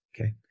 Okay